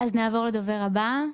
נעבור לדובר הבא.